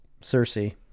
Cersei